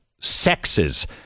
sexes